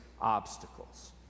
obstacles